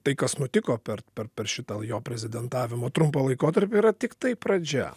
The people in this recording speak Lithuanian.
tai kas nutiko per per per šitą jo prezidentavimo trumpą laikotarpį yra tiktai pradžia